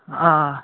آ